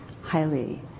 highly